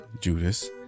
Judas